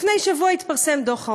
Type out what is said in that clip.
לפני שבוע התפרסם דוח העוני.